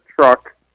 truck